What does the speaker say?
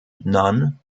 none